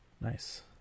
Nice